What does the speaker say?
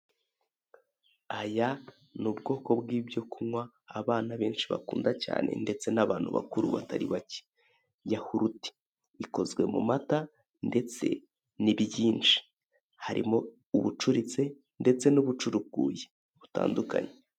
Aya n'ubwoko bwibyo kunywa abana benshi bakunda cyane ndeste n'abantu bakuru batari bake, yahurute ikozwe mumata ndeste nibyinshi harimo; ubucuritse ndetse n'ubucurukuye butandukanye.